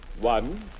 One